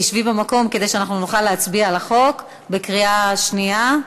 שבי במקום כדי שאנחנו נוכל להצביע על החוק בקריאה שנייה.